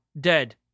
dead